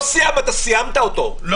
כן, של התקנות באופן כללי.